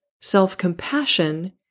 self-compassion